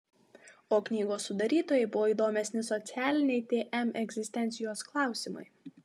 o knygos sudarytojai buvo įdomesni socialiniai tm egzistencijos klausimai